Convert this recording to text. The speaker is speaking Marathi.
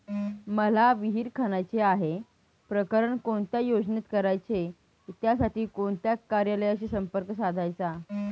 मला विहिर खणायची आहे, प्रकरण कोणत्या योजनेत करायचे त्यासाठी कोणत्या कार्यालयाशी संपर्क साधायचा?